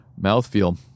mouthfeel